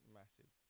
massive